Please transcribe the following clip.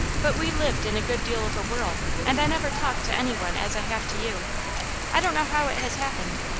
but we lived in a good deal of a whirl, and i never talked to anyone as i have to you i don't know how it has happened.